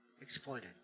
exploited